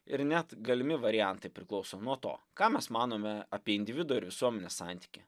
ir net galimi variantai priklauso nuo to ką mes manome apie individo ir visuomenės santykį